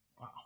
Wow